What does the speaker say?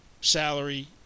salary